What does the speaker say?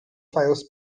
files